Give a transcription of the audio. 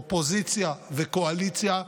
אופוזיציה וקואליציה.